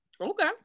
Okay